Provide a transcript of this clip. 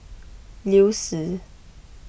Liu Si